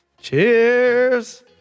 Cheers